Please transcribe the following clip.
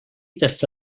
tasta